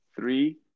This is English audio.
three